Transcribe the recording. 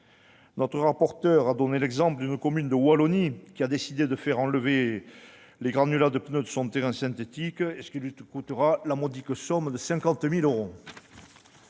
Notre rapporteur a pris l'exemple d'une commune de Wallonie qui a décidé de faire enlever tous les granulats de pneu de son terrain synthétique, ce qui lui coûtera la modique somme de 50 000 euros,